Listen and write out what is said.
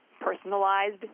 personalized